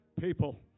people